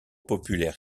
populaire